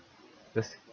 just